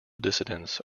dissidents